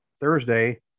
Thursday